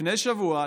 שלפני שבוע,